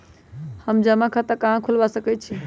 हम जमा खाता कहां खुलवा सकई छी?